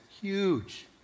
huge